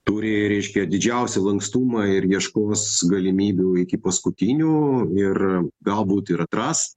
turi reiškia didžiausią lankstumą ir ieškos galimybių iki paskutinių ir galbūt ir atras